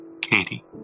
Katie